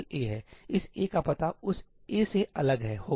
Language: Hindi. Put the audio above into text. इस 'a' का पता उस 'a' से अलग होगा